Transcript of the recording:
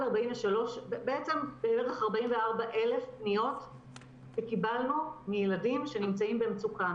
בערך 44,000 פניות שקיבלנו מילדים שנמצאים במצוקה,